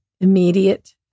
immediate